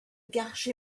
garfe